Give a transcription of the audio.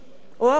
או החוק